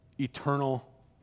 eternal